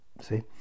See